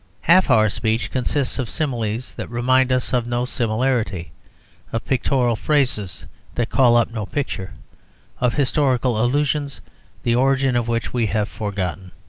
half our speech consists of similes that remind us of no similarity of pictorial phrases that call up no picture of historical allusions the origin of which we have forgotten.